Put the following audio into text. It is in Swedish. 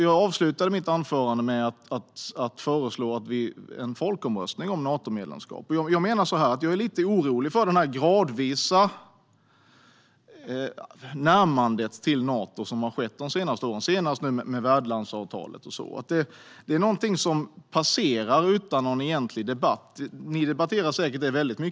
Jag avslutade mitt anförande med att föreslå en folkomröstning om Natomedlemskap. Jag är nämligen lite orolig för det gradvisa närmande till Nato som har skett de senaste åren, nu senast med värdlandsavtalet. Det är någonting som passerar utan någon egentlig debatt.